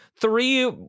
three